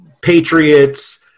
Patriots